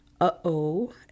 Uh-oh